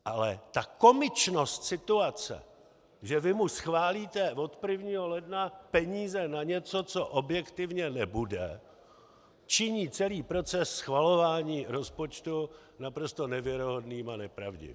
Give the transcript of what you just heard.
Ale ta komičnost situace, že vy mu schválíte od 1. ledna peníze na něco, co objektivně nebude, činí celý proces schvalování rozpočtu naprosto nevěrohodným a nepravdivým.